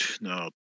No